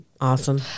awesome